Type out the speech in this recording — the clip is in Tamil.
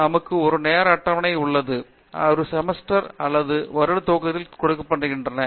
நமக்கு ஒரு நேர அட்டவணை உள்ளது அது செமஸ்டர் அல்லது ஒரு வருட தொடக்கத்தில் கொடுக்கப்படுகிறது